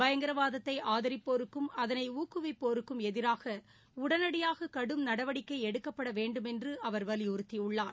பயங்கரவாதத்தை ஆதரிப்போருக்கும் அதளை ஊக்குவிப்போருக்கும் எதிராக உடனடியாக கடும் நடவடிக்கை எடுக்கப்படவேண்டும் என்று அவர் வலியுறுத்தியுள்ளார்